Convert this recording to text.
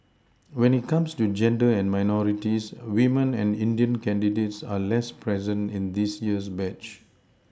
when it comes to gender and minorities women and indian candidates are less present in this year's batch